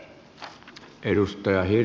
arvoisa puhemies